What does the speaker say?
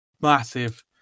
massive